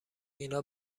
اینا